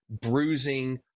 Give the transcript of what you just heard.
bruising